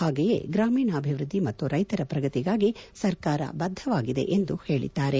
ಹಾಗೆಯೇ ಗ್ರಾಮೀಣಾಭಿವ್ವದ್ಲಿ ಮತ್ತು ರೈತರ ಪ್ರಗತಿಗಾಗಿ ಸರ್ಕಾರ ಬದ್ದವಾಗಿದೆ ಎಂದು ಹೇಳಿದ್ದಾರೆ